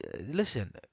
listen